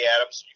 Adams